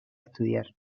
estudiar